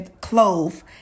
clove